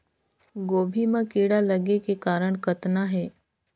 गोभी म कीड़ा लगे के कारण कतना हे?